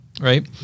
right